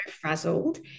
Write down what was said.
frazzled